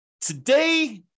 Today